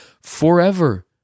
forever